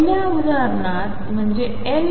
पहिल्या उदाहरनातं म्हणजे L